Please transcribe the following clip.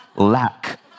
lack